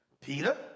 Peter